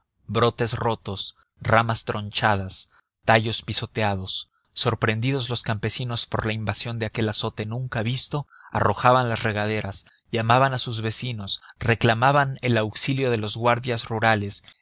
brotes rotos ramas tronchadas tallos pisoteados sorprendidos los campesinos por la invasión de aquel azote nunca visto arrojaban las regaderas llamaban a sus vecinos reclamaban el auxilio de los guardias rurales